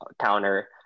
counter